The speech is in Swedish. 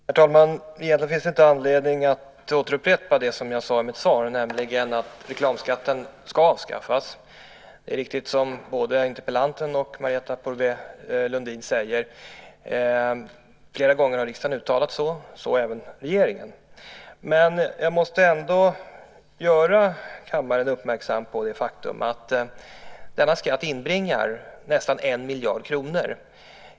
Herr talman! Egentligen finns det inte anledning att upprepa det jag sagt i mitt svar, nämligen att reklamskatten ska avskaffas. Det som både interpellanten och Marietta de Pourbaix-Lundin säger är riktigt. Flera gånger har riksdagen uttalat så, så även regeringen. Jag måste ändå göra kammaren uppmärksam på det faktum att denna skatt inbringar nästan 1 miljard kronor.